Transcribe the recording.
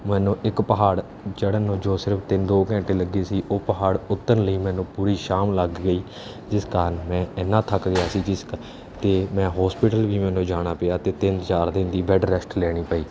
ਮੈਨੂੰ ਇੱਕ ਪਹਾੜ ਚੜ੍ਹਨ ਨੂੰ ਜੋ ਸਿਰਫ਼ ਤਿੰਨ ਦੋ ਘੰਟੇ ਲੱਗੇ ਸੀ ਉਹ ਪਹਾੜ ਉਤਰਨ ਲਈ ਮੈਨੂੰ ਪੂਰੀ ਸ਼ਾਮ ਲੱਗ ਗਈ ਜਿਸ ਕਾਰਨ ਮੈਂ ਇੰਨਾ ਥੱਕ ਗਿਆ ਸੀ ਜਿਸ ਕਾ ਅਤੇ ਮੈਂ ਹੋਸਪਿਟਲ ਵੀ ਮੈਨੂੰ ਜਾਣਾ ਪਿਆ ਅਤੇ ਤਿੰਨ ਚਾਰ ਦਿਨ ਦੀ ਬੈੱਡ ਰੈਸਟ ਲੈਣੀ ਪਈ